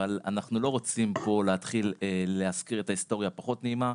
אבל אנחנו לא רוצים להתחיל פה להזכיר את ההיסטוריה הפחות נעימה.